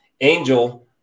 Angel